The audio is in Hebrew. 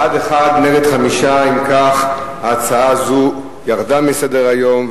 בעד, 1, נגד, 5. אם כך, ההצעה הזו ירדה מסדר-היום.